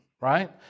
right